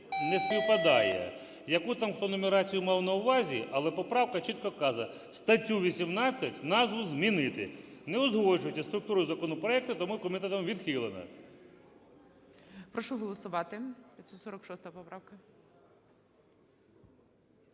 не співпадає. Яку там хто нумерацію мав на увазі, але поправка чітко вказує: статтю 18 назву змінити. Не узгоджується з структурою законопроекту, тому комітетом і відхилена. ГОЛОВУЮЧИЙ. Прошу голосувати, 546 поправка.